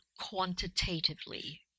quantitatively